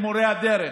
מורי הדרך,